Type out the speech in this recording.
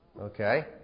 Okay